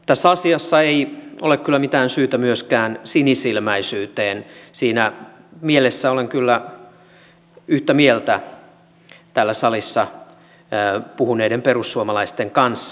tässä asiassa ei ole kyllä mitään syytä myöskään sinisilmäisyyteen siinä mielessä olen kyllä yhtä mieltä täällä salissa puhuneiden perussuomalaisten kanssa